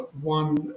one